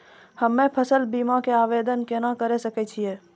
हम्मे फसल बीमा के आवदेन केना करे सकय छियै?